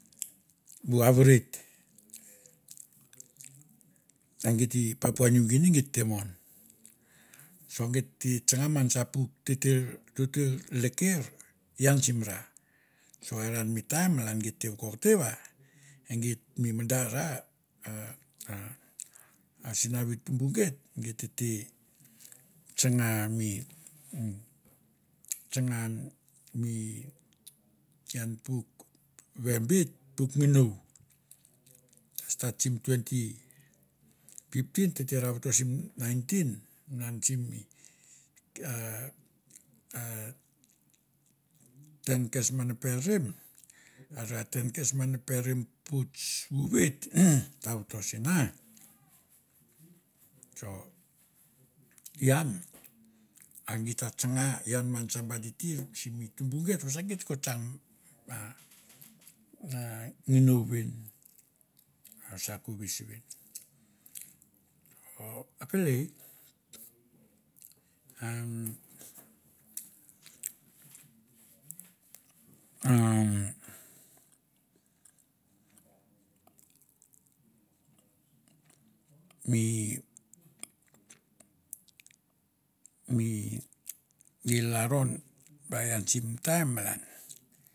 Bu aviret, e geit i papau new guinea geit te mon, so geit te tsanga man sa puk teter teter leke ian sim ra, so are mi taim malan geit te vokokte va e geit mi madara a a a sinavi tumbu geit, geit tete tsanga mi, a tsanga mi ian puk ve beit, puk ngino, stat simi twenty fifteen tete ra vato simi nineteen malan simi a a ten kes ma neperim a ra ten kes ma neperim pots vuvet ta voto se nga, so ian a geit ta tsanga man sa ba titir simi tumbu geit, vasa geit ko tsang niginou ven a vasa a ko ves ven. O akelei umm umm mi mi mi lalron va ian sim taim malan.